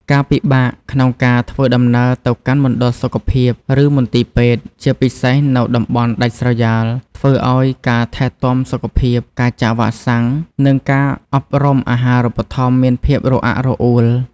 ការពិបាកក្នុងការធ្វើដំណើរទៅកាន់មណ្ឌលសុខភាព ឬមន្ទីរពេទ្យ ជាពិសេសនៅតំបន់ដាច់ស្រយាល ធ្វើឱ្យការថែទាំសុខភាព ការចាក់វ៉ាក់សាំង និងការអប់រំអាហារូបត្ថម្ភមានភាពរអាក់រអួល។